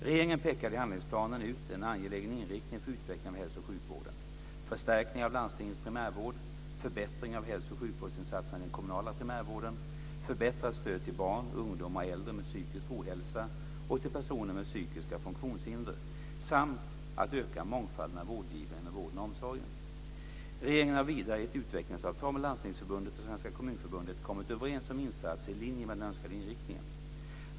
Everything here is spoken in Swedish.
Regeringen pekade i handlingsplanen ut en angelägen inriktning för utvecklingen av hälso och sjukvården; förstärkningar av landstingens primärvård, förbättring av hälso och sjukvårdsinsatserna i den kommunala primärvården, förbättrat stöd till barn, ungdomar och äldre med psykisk ohälsa och till personer med psykiska funktionshinder samt att öka mångfalden av vårdgivare inom vården och omsorgen. Regeringen har vidare i ett utvecklingsavtal med Landstingsförbundet och Svenska Kommunförbundet kommit överens om insatser i linje med den önskade inriktningen.